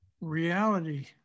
Reality